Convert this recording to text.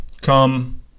come